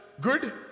good